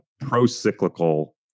pro-cyclical